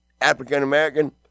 african-american